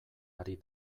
ari